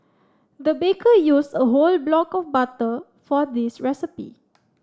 the baker used a whole block of butter for this recipe